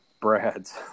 Brad's